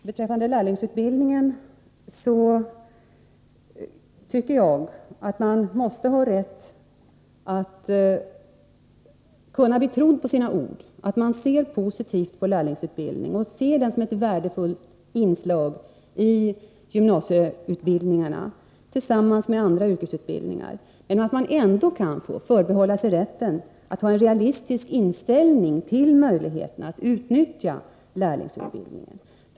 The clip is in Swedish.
Beträffande lärlingsutbildningen tycker jag att jag måste ha rätt att bli trodd på mina ord, när jag säger att jag ser positivt på lärlingsutbildningen och ser den som ett värdefullt inslag i gymnasieutbildningen — tillsammans med andra yrkesutbildningar — men att jag ändå kan förbehålla mig rätten att ha en realistisk inställning till möjligheterna att utnyttja lärlingsutbildning.